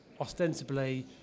ostensibly